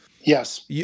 Yes